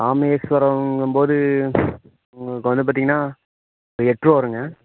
ராமேஸ்வரங்கும்போது உங்களுக்கு வந்து பார்த்தீங்கன்னா எட்டு ரூபா வருங்க